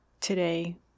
today